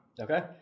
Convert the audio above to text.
Okay